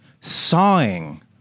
sawing